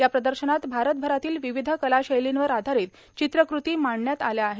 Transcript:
या प्रदर्शनात भारतभरातील विविध कलाशैलींवर आधारित चित्रकृती मांडण्यात आल्या आहेत